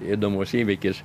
įdomus įvykis